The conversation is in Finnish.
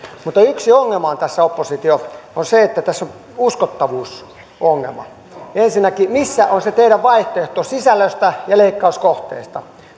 mutta yksi ongelma tässä oppositio on se että tässä on uskottavuusongelma ensinnäkin missä on se teidän vaihtoehtonne sisällölle ja leikkauskohteille